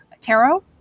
tarot